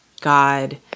God